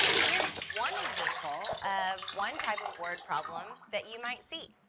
here is one example of one type of word problem that you might see,